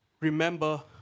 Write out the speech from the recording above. Remember